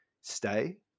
stay